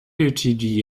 étudie